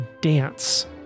dance